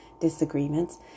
disagreements